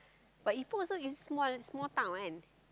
but Ipoh is also is small small town kan